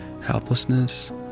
helplessness